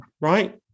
right